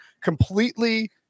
completely